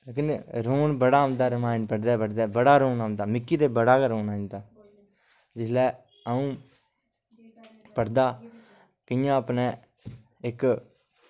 लेकिन रोन बड़ा औंदा रमायन पढ़दे पढ़दे बड़ा रोन औंदा मिकी ते बड़ा गै रोन औंदा जिसलै अ'ऊं पढ़दा इयां अपने इक